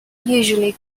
usually